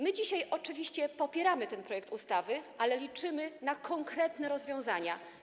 My dzisiaj oczywiście popieramy ten projekt ustawy, ale liczymy na konkretne rozwiązania.